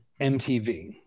MTV